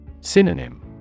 Synonym